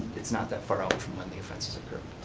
it's not that far out from when the offenses occurred.